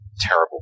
terrible